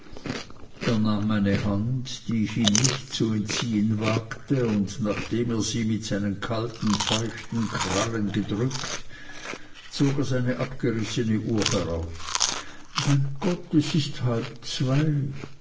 nahm meine hand die ich ihm nicht zu entziehen wagte und nachdem er sie mit seinen kalten feuchten krallen gedrückt zog er seine abgegriffene uhr heraus mein gott es ist halb zwei